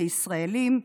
כישראלים,